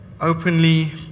openly